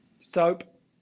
Soap